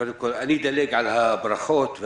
אדלג על הברכות.